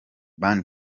ban